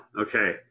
okay